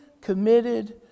committed